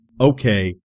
okay